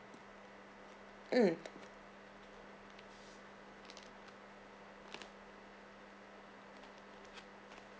mm